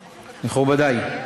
מכובדי,